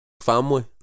family